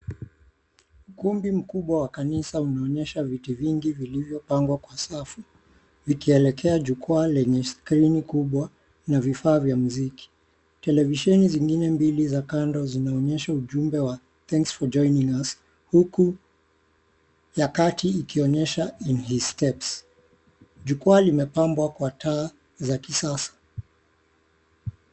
Ukumbi mkubwa wa kanisa unaonyesha viti vingi vilivyopangwa kwa safu vikielekea jukwaa lenye skrini kubwa na vifaa vya muziki. Televisheni zingine mbili za kando zinaonesha ujumbe wa (cs)Thanks For Joining Us(cs) huku ya kati ikionyesha (cs)IN HIS STEPS(cs). Jukwaa limepambwa kwa taa za kisasa.